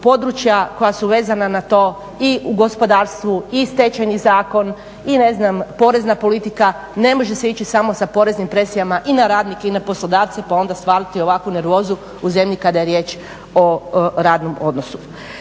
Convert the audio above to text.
područja koja su vezana na to i u gospodarstvu i stečajni Zakon i ne znam porezna politika. Ne može se ići samo sa poreznim presijama i na radnike i na poslodavce pa onda svaliti ovakvu nervozu u zemlji kada je riječ o radnom odnosu.